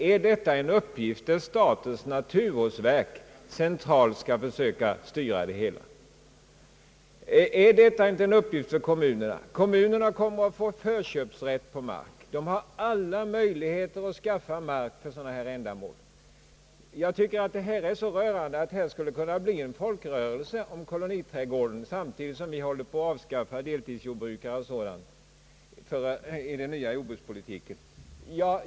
Är detta en uppgift som centralt skall styras av statens naturvårdsverk? Är inte detta en uppgift för kommunerna? Kommunerna kommer att få förköpsrätt på mark, och de har alla möjligheter att skaffa mark för ändamål av detta slag. Det verkar nästan rörande att det nu håller på att växa fram ett sådant intresse kring koloniträdgårdar na samtidigt som vi skall avskaffa bl.a. deltidsjordbrukarna i den nya jordbrukspolitiken.